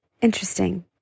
Interesting